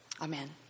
Amen